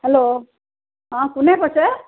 hello অঁ কোনে কৈছে